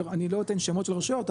אני לא אתן שמות של רשויות,